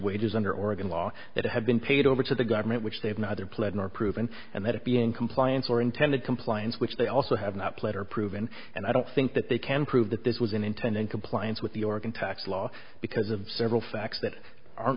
wages under oregon law that have been paid over to the government which they have neither pled nor proven and that it be in compliance or intended compliance which they also have not platter proven and i don't think that they can prove that this was an intent in compliance with the oregon tax law because of several facts that are